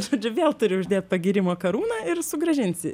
žodžiu vėl turi uždėt pagyrimo karūną ir sugrąžinsi